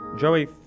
Joey